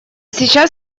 сейчас